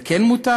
זה כן מותר?